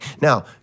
Now